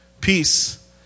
peace